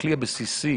הכלי הבסיסי